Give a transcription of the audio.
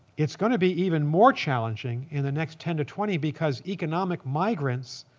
it's going to be even more challenging in the next ten to twenty because economic migrants